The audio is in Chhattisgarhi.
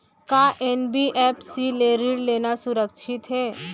का एन.बी.एफ.सी ले ऋण लेना सुरक्षित हे?